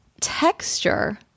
texture